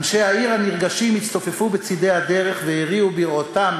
אנשי העיר הנרגשים הצטופפו בצדי הדרך והריעו בראותם